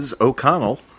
O'Connell